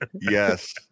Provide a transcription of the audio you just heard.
Yes